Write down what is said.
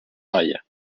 vaya